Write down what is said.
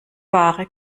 ware